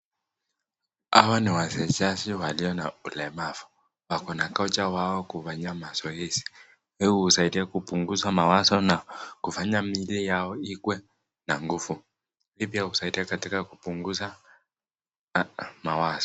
Hao ni wachezaji walio na ulemavu. Wako na kocha wao kufanya mazoezi hli kusaidia kupunguza mawazo na kufanya mili yao ikue na nguvu. Hii pia husaidia katika kupunguza mawazo.